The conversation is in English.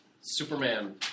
Superman